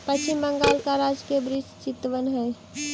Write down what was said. पश्चिम बंगाल का राजकीय वृक्ष चितवन हई